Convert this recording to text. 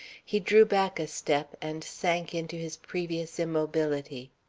he drew back a step, and sank into his previous immobility.